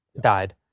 died